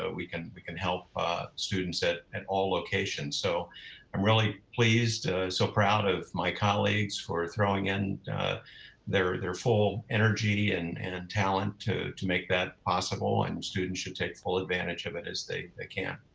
ah we can we can help ah students at and all locations. so i'm really so proud of my colleagues for throwing in their their full energy and and talent to to make that possible and students should take full advantage of it as they they can.